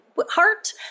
heart